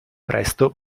presto